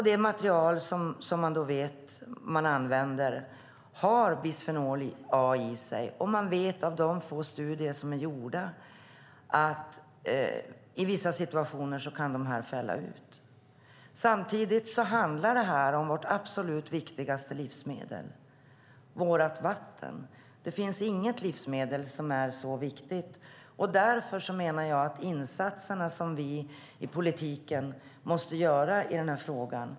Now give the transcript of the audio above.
Det material som vi vet att man använder innehåller bisfenol A. Man vet av de få studier som är gjorda att detta ämne i vissa situationer fälls ut. Samtidigt handlar detta om vårt absolut viktigaste livsmedel, nämligen vårt vatten. Det finns inget livsmedel som är så viktigt. Därför menar jag att vi måste göra insatser i politiken i denna fråga.